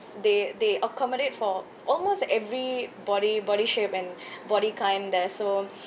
they they accommodate for almost every body body shape and body kind there so